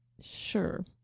sure